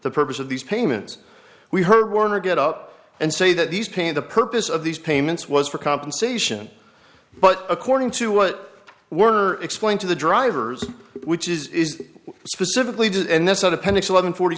the purpose of these payments we heard warner get up and say that these pain the purpose of these payments was for compensation but according to what were explained to the drivers which is what specifically does and that's not appendix eleven forty